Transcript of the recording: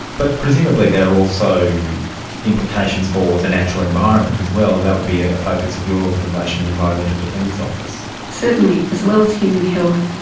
but presumably there are also implications for the natural environment as well and that would be a focus of your organisation, the environmental defenders office. certainly. as well as human health,